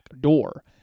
door